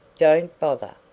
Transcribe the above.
don't bother.